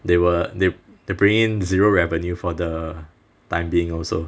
they were they're bringing in zero revenue for the time being also